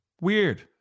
Weird